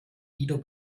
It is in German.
guido